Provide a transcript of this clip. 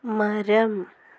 മരം